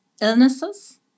illnesses